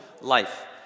life